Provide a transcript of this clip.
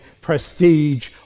prestige